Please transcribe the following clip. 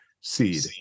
seed